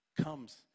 comes